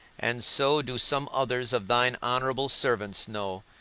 and so do some others of thine honourable servants know,